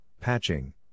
patching